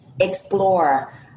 explore